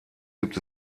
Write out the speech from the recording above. gibt